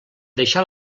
deixar